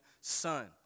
Son